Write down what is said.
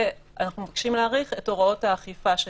ואנחנו מבקשים להאריך את הוראות האכיפה שלהן,